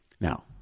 Now